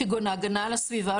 כגון ההגנה על הסיבה,